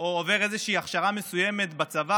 או עובר איזושהי הכשרה מסוימת בצבא